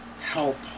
help